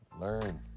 learn